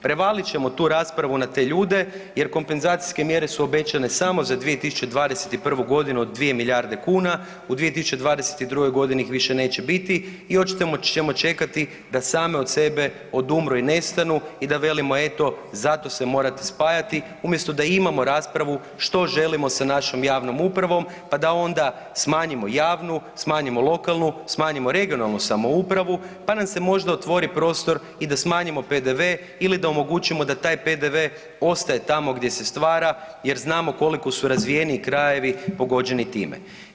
Prevalit ćemo tu raspravu na te ljude jer kompenzacijske mjere su obećane samo za 2021. godinu od dvije milijarde kuna u 2022. godini ih više neće biti i očito ćemo čekati da same od sebe odumru i nestanu i da velimo eto zato se morati spajati, umjesto da imamo raspravu što želimo sa našom javnom upravom pa da onda smanjimo javnu, smanjimo lokalnu, smanjimo regionalnu samoupravu pa nam se možda otvori prostor i da smanjimo PDV ili da omogućimo da taj PDV ostaje tamo gdje se stvara jer znamo koliko su razvijeniji krajevi pogođeni time.